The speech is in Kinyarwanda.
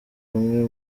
rumwe